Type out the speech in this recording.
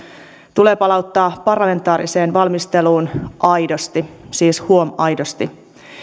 tulee palauttaa parlamentaariseen valmisteluun aidosti siis huom aidosti